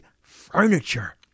furniture